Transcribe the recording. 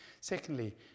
Secondly